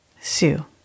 Sue